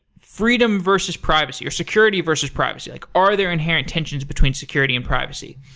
freedom versus privacy, or security versus privacy. like are there inherent tensions between security and privacy?